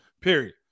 Period